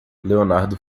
leonardo